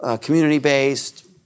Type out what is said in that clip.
community-based